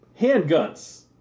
handguns